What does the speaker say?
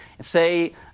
Say